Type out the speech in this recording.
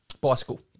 Bicycle